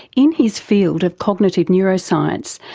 in his field of cognitive neuroscience,